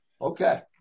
Okay